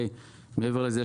מעבר לזה,